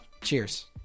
cheers